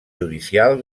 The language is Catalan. judicial